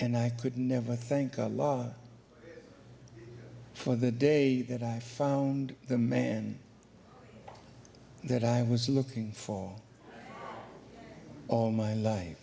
and i could never think of law for the day that i found the man that i was looking for all my life